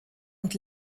und